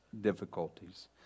difficulties